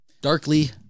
Darkly